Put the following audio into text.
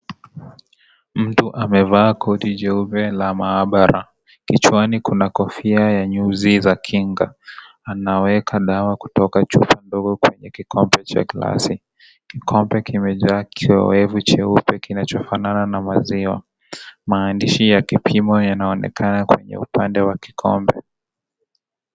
Mtu amevaa koti jeupe la maabara, kichwani kuna kofia ya nyuzi za kinga. Anaweka dawa kutoka chupa ndogo kwenye kikombe cha glasi. Kikombe kimejaa kiowevu cheupe kinachofanana na maziwa. Maandishi ya kipimo yanaonekana kwenye upande wa kikombe.